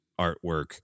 artwork